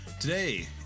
Today